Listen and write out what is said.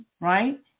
right